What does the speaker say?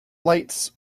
lights